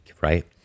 right